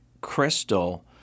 crystal